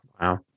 wow